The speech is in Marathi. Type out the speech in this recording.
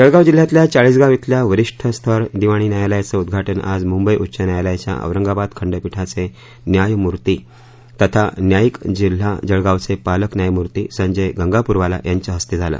जळगाव जिल्ह्यातल्या चाळीसगाव अल्या वरिष्ठ स्तर दिवाणी न्यायालयाचं उद्वाटन आज मुंबई उच्च न्यायालयाच्या औरंगाबाद खंडपीठाचे न्यायमूर्ती तथा न्यायिक जिल्हा जळगावचे पालक न्यायमूर्ती संजय गंगापूरवाला यांच्या हस्ते झालं